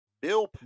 Bill